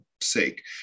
sake